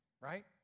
right